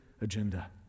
agenda